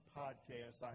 podcast